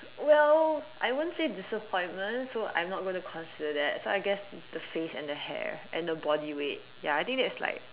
well I won't say disappointment so I'm not gonna consider that so I guess the face and the hair and the body weight ya I think that's like